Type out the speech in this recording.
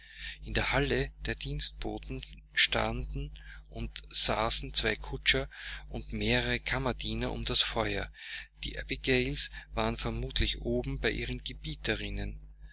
in der halle der dienstboten standen und saßen zwei kutscher und mehrere kammerdiener um das feuer die abigails waren vermutlich oben bei ihren